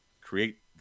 create